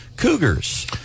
cougars